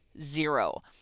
zero